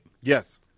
Yes